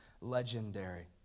legendary